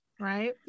right